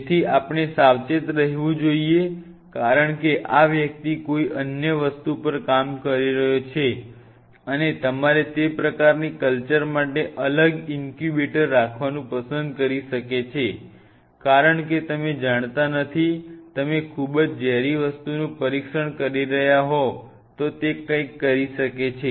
તેથી આપણે સાવચેત રહેવું જોઈએ કારણ કે આ વ્યક્તિ કોઈ અન્ય વસ્તુ પર કામ કરી રહ્યો છે અને તમારે તે પ્રકારની કલ્ચર માટે અલગ ઈન્ક્યુબેટર રાખવાનું પસંદ કરી શકે છે કારણ કે તમે જાણતા નથી તમે ખૂબ જ ઝેરી વસ્તુનું પરીક્ષણ કરી રહ્યા હોવ તો તે કંઈક કરી શકે છે